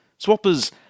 swappers